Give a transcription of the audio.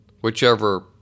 whichever